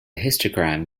histogram